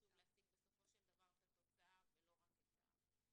חשוב להשיג בסופו של דבר את התוצאה ולא רק את האג'נדה.